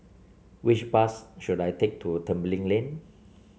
which bus should I take to Tembeling Lane